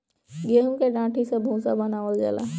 गेंहू की डाठी से भूसा बनावल जाला